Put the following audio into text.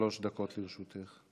שלוש דקות לרשותך.